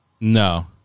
no